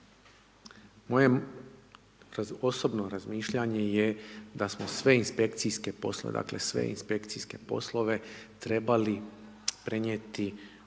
moje osobno razmišljanje je da smo sve inspekcijske poslove trebali prenijeti na urede